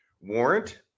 warrant